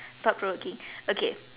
thought provoking okay